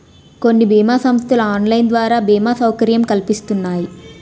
కొన్ని బీమా సంస్థలు ఆన్లైన్ ద్వారా బీమా సౌకర్యం కల్పిస్తున్నాయి